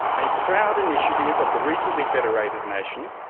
a proud initiative of the recently federated nation,